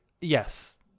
Yes